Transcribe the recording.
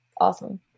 Awesome